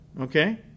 okay